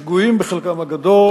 שגויים בחלקם הגדול,